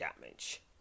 damage